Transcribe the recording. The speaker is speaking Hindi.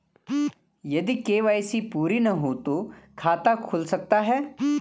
यदि के.वाई.सी पूरी ना हो तो खाता खुल सकता है?